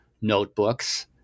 notebooks